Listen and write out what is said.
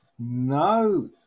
no